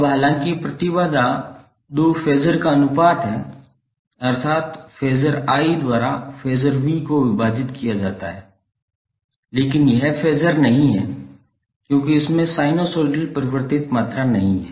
अब हालांकि प्रतिबाधा दो फेज़र का अनुपात है अर्थात फेज़र I द्वारा फेज़र V को विभाजित किया जाता है लेकिन यह फेज़र नहीं है क्योंकि इसमें साइनसोइडल परवर्तित मात्रा नहीं है